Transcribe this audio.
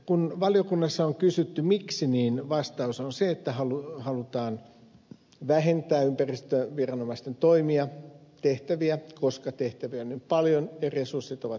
kun valiokunnassa on kysytty miksi vastaus on se että halutaan vähentää ympäristöviranomaisten toimia tehtäviä koska tehtäviä on niin paljon ja resurssit ovat vähentyneet